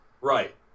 Right